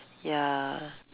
ya